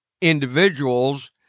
individuals